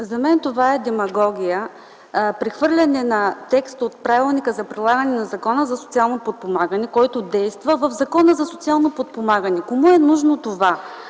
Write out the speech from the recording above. За мен това е демагогия – прехвърлянето на текст от Правилника за прилагане на Закона за социално подпомагане, който действа, в Закона за социално подпомагане. Кому е нужно това?